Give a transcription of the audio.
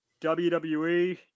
WWE